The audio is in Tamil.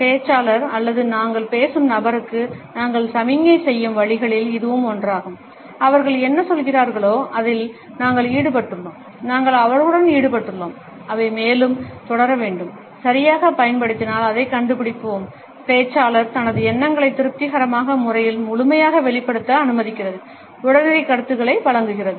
பேச்சாளர் அல்லது நாங்கள் பேசும் நபருக்கு நாங்கள் சமிக்ஞை செய்யும் வழிகளில் இதுவும் ஒன்றாகும் அவர்கள் என்ன சொல்கிறார்களோ அதில் நாங்கள் ஈடுபட்டுள்ளோம் நாங்கள் அவர்களுடன் ஈடுபட்டுள்ளோம் அவை மேலும் தொடர வேண்டும் சரியாகப் பயன்படுத்தினால் அதைக் கண்டுபிடிப்போம் பேச்சாளர் தனது எண்ணங்களை திருப்திகரமான முறையில் முழுமையாக வெளிப்படுத்த அனுமதிக்கிறது உடனடி கருத்துக்களை வழங்குகிறது